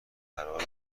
قرار